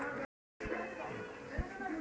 भारत में बहुते वित्त योजना शुरू कईल गईल बाटे